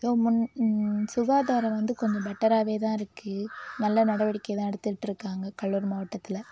முன் சுகாதாரம் வந்து கொஞ்சம் பெட்டராகவேதான் இருக்குது நல்ல நடவடிக்கைதான் எடுத்துகிட்டு இருக்காங்க கடலூர் மாவட்டத்தில்